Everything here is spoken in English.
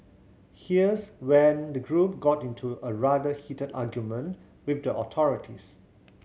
here's when the group got into a rather heated argument with the authorities